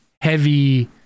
heavy